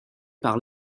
par